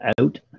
Out